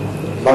חוצה-ישראל?